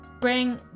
Bring